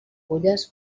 fulles